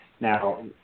Now